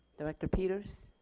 director peters.